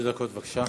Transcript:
שלוש דקות, בבקשה.